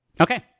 Okay